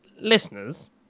Listeners